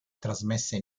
trasmessa